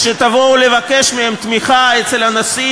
כשתבואו לבקש מהם תמיכה אצל הנשיא